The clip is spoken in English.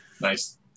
Nice